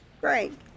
Great